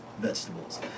vegetables